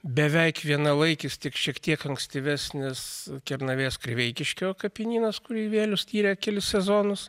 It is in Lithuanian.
beveik vienalaikis tik šiek tiek ankstyvesnis kernavės kriveikiškio kapinynas kurį vėlius tyrė kelis sezonus